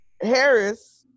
Harris